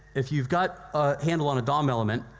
if you've got a handle on a dom element,